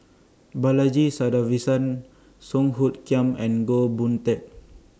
Balaji Sadavisan Song Hoot Kiam and Goh Boon Teck